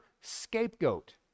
scapegoat